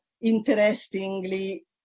interestingly